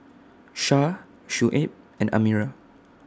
Syah Shuib and Amirah